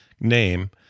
name